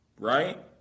Right